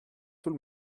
tout